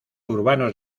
urbanos